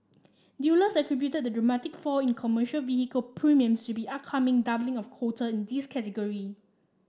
dealers attributed the dramatic fall in commercial vehicle premiums to be upcoming doubling of quota in this category